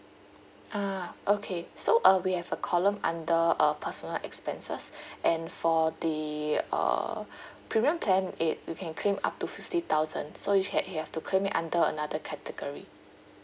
ah okay so uh we have a column under uh personal expenses and for the uh premium plan it you can claim up to fifty thousand so you ha~ you have to claim it under another category